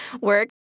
work